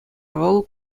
вӑл